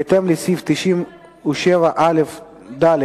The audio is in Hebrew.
בהתאם לסעיף 97א(ד)